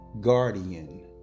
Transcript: Guardian